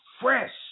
fresh